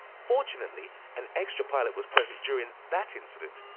fortunately, an extra pilot was present during that incident.